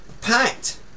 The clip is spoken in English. packed